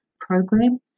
program